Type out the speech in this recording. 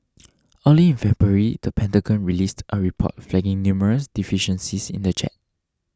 early in February the Pentagon released a report flagging numerous deficiencies in the jet